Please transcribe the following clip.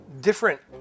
different